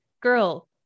girl